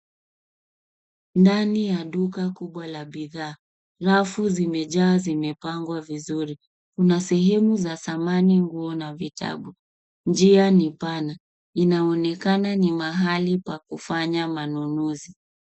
Ndani ya duka kubwa la bidhaa. Rafu zimejaa, zimepangwa vizuri. Kuna sehemu za samani, nguo na vitabu. Njia ni pana. Inaonekana ni mahali pa kufanya manunuzi.